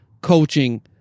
coaching